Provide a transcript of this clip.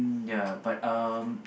ya but um